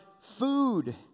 food